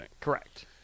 Correct